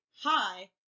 hi